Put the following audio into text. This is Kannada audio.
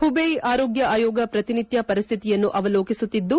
ಹುಬೆಯಿ ಆರೋಗ್ಯ ಆಯೋಗ ಪ್ರತಿನಿತ್ತ ಪರಿಸ್ಥಿತಿಯನ್ನು ಅವಲೋಕಿಸುತ್ತಿದ್ದು